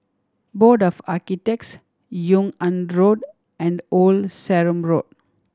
Board of Architects Yung An Road and Old Sarum Road